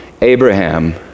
Abraham